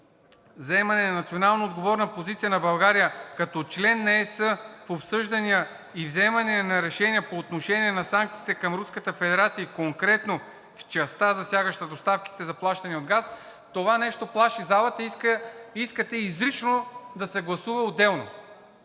заемане на националноотговорна позиция на България като член на ЕС в обсъждания и вземания на решения по отношение на санкциите към Руската федерация и конкретно в частта, засягаща доставките за плащания газ, това нещо плаши залата и искате изрично да се гласува отделно.